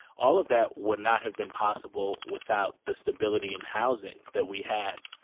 all of that would not have been possible without the stability and housing that we had.